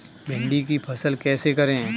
भिंडी की फसल कैसे करें?